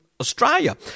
Australia